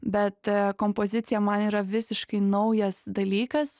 bet kompozicija man yra visiškai naujas dalykas